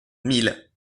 mille